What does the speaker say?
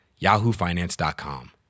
yahoofinance.com